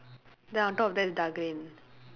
then on top of that is dark green